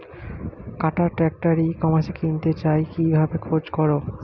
কাটার tractor e কমার্সে কিনতে চাই কিভাবে খোঁজ করো?